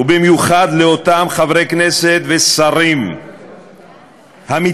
ובמיוחד לאותם חברי כנסת ושרים מתלהמים,